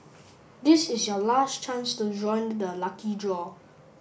this is your last chance to join the lucky draw